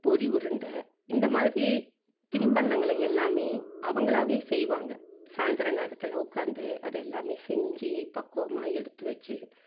பொரி உருண்டை இந்தமாதிரி திண்பண்டங்களை எல்லாமே அவர்களாவே செய்வாங்க சாய்ந்திர நேரத்தில் உட்காந்து அது எல்லாமே செஞ்சு பக்குவமாக எடுத்துவச்சு